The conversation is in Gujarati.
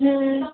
હમ હ